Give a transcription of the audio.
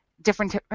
different